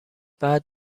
بعد